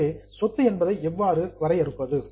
எனவே சொத்து என்பதை எவ்வாறு டிஃபைன் வரையறுப்பது